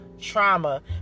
trauma